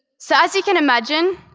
so, as you can imagine,